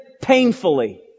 painfully